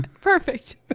Perfect